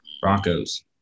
Broncos